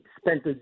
spent